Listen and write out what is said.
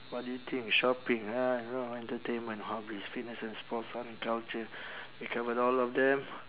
what do you think shopping uh you know entertainment hobbies fitness and sports art and culture we covered all of them